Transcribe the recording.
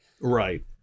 Right